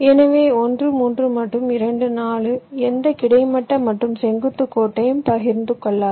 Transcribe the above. எனவே 1 3 மற்றும் 2 4 எந்த கிடைமட்ட மற்றும் செங்குத்து கோட்டையும் பகிர்ந்து கொள்ளாது